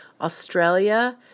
Australia